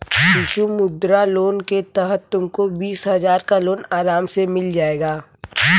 शिशु मुद्रा लोन के तहत तुमको बीस हजार का लोन आराम से मिल जाएगा